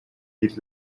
his